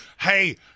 Hey